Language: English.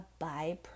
byproduct